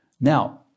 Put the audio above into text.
Now